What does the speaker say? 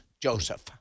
Joseph